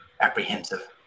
apprehensive